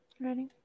Ready